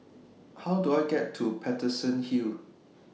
How Do I get to Paterson Hill